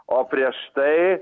o prieš tai